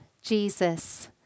Jesus